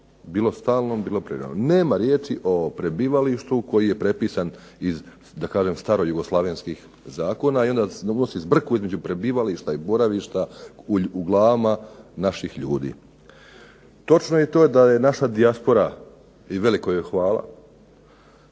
bilo stalnom, bilo privremenom. Nema riječi o prebivalištu koji je prepisan iz da kažem starojugoslavenskih zakona, i onda donosi zbrku između prebivališta i boravišta u glavama naših ljudi. Točno je to da je naša dijaspora i veliko joj hvala